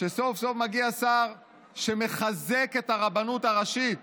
כשסוף-סוף מגיע שר שמחזק את הרבנות הראשית